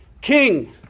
king